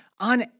on